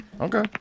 Okay